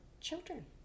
children